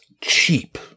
cheap